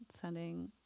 sending